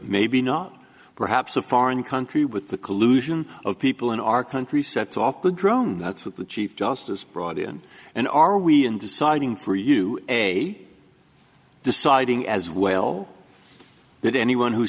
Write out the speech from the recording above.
maybe not perhaps a foreign country with the collusion of people in our country set off the drone that's what the chief justice brought in and are we in deciding for you a deciding as well that anyone who